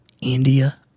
India